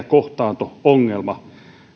kohtaanto ongelma